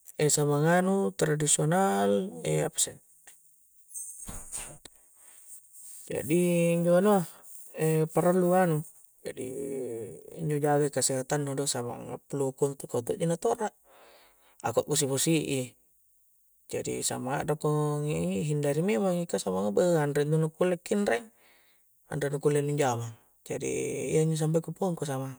samang anu tradisional apasse jadi injo anua parallu anu jadi injo jaga kesehatang nu do samang a flu ko intu kau tokji na torak ako akbosi-bosi i jadi samang arakko hindari memang i ka samang beuh anre intu nu kulle akkinreng anre nu kulle anjama jadi iaynjo sumpae ku pauang ko samang